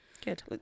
Good